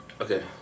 Okay